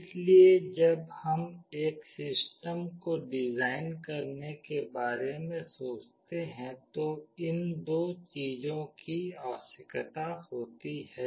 इसलिए जब हम एक सिस्टम को डिजाइन करने के बारे में सोचते हैं तो इन दो चीजों की आवश्यकता होती है